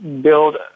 build